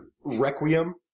Requiem